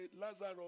Lazarus